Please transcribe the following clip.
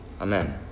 Amen